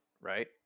right